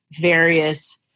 various